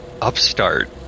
upstart